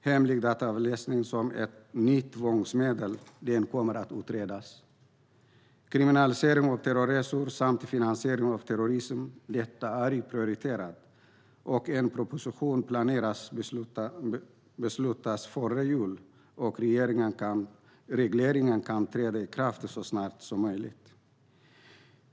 Hemlig dataavläsning som ett nytt tvångsmedel kommer att utredas. Kriminalisering av terrorresor samt finansiering av terrorism är prioriterat, och en proposition planeras före jul. Regleringen ska träda i kraft så snart som möjligt.